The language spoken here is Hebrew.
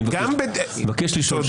אני מבקש לשאול שאלה.